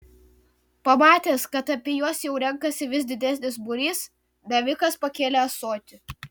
pamatęs kad apie juos jau renkasi vis didesnis būrys navikas pakėlė ąsotį